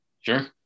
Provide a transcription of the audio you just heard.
Sure